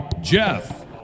Jeff